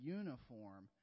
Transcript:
uniform